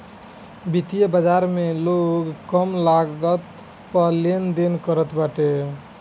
वित्तीय बाजार में लोग कम लागत पअ लेनदेन करत बाटे